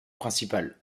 principales